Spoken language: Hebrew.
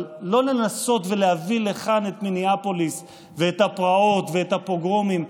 אבל לא לנסות ולהביא לכאן את מיניאפוליס ואת הפרעות ואת הפוגרומים.